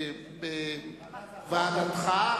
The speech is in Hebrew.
בוועדתך.